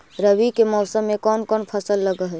रवि के मौसम में कोन कोन फसल लग है?